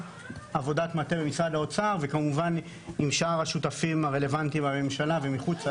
עבודת מטה במשרד האוצר ועם שאר השותפים הרלוונטיים בממשלה ומחוצה